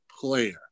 player